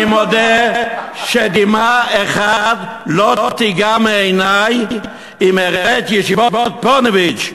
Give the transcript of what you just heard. "אני מודה שדמעה אחת לא תיגר מעיני אם אראה את ישיבות 'פוניבז'',